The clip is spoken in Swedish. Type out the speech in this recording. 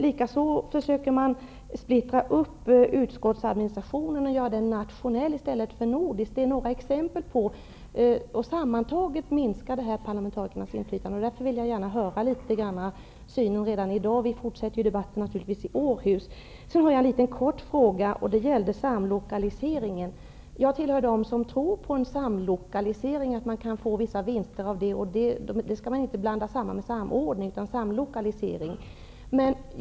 Likaså försöker man splittra upp utskottsadministrationen och göra den nationell i stället för nordisk. Sammantaget minskar detta parlamentarikernas inflytande. Jag vill därför redan i dag höra litet om statsministerns syn på detta. Vi fortsätter naturligtvis denna debatt i Jag har också en kort fråga, som gäller samlokaliseringen. Jag tillhör dem som tror att man kan få vissa vinster av en samlokalisering, något som inte skall sammanblandas med samordning.